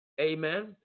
Amen